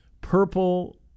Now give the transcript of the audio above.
purple